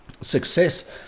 success